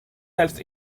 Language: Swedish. helst